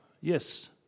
yes